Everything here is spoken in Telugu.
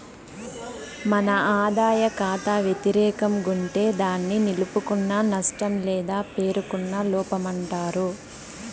మన ఆదాయ కాతా వెతిరేకం గుంటే దాన్ని నిలుపుకున్న నష్టం లేదా పేరుకున్న లోపమంటారు